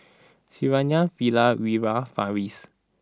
Syarafina Wira Farish